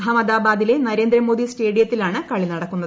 അഹമ്മദാബാദിലെ നരേന്ദ്രമോദി സ്റ്റേഡിയത്തിലാണ് കളി നട ക്കുന്നത്